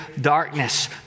darkness